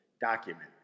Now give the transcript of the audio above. document